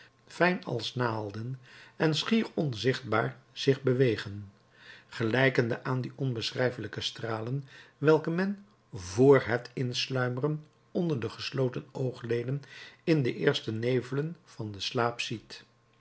fijn als naalden en schier onzichtbaar zich bewegen gelijkende aan die onbeschrijfelijke stralen welke men vr het insluimeren onder de gesloten oogleden in de eerste nevelen van den slaap ziet